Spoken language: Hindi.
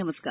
नमस्कार